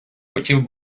хотів